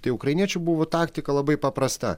tai ukrainiečių buvo taktika labai paprasta